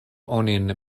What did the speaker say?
onin